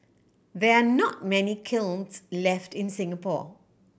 there are not many kilns left in Singapore